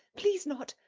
please not!